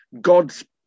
god's